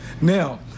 Now